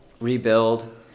rebuild